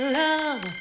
love